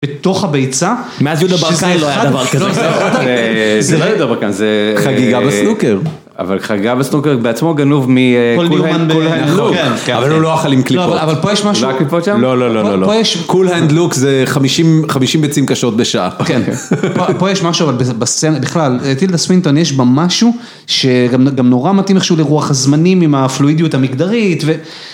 בתוך הביצה, שזה אחד... מאז יהודה ברקאי לא היה דבר כזה. זה לא יהודה ברקן. זה חגיגה בסנוקר. אבל חגיגה בסנוקר בעצמו גנוב מ... פול ניומן ב... כן. אבל הוא לא אכל עם קליפות. אבל פה יש משהו. לא היה קליפות שם? לא, לא, לא, לא, לא. קול-הנד-לוק זה חמישים ביצים קשות בשעה. כן, פה יש משהו, אבל בסצינה בכלל, טילדה סווינטון יש בה משהו, שגם נורא מתאים איכשהו לרוח הזמנים, עם הפלואידיות המגדרית, ו...